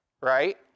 right